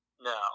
No